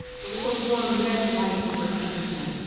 there was a warm red light over everything,